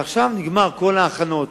עכשיו נגמרו כל ההכנות